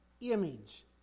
Image